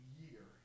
year